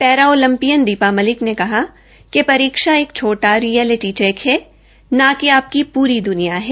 para Olympian Deepa Malik ने कहा कि परीक्षा एक छोटा रियालटी चैक है न कि अपकी प्री द्निया है